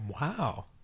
wow